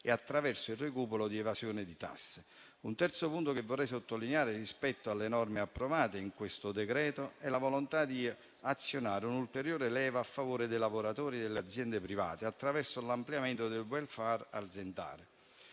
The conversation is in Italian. e il recupero di evasione delle tasse. Un terzo punto che vorrei sottolineare rispetto alle norme approvate in questo decreto-legge è la volontà di azionare un ulteriore leva a favore dei lavoratori delle aziende private attraverso l'ampliamento del *welfare* aziendale.